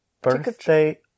birthday